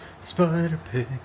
Spider-Pig